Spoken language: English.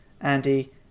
Andy